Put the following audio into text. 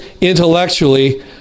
intellectually